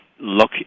look